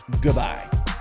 goodbye